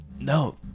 no